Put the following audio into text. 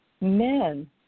men